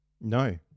No